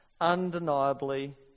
undeniably